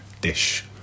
dish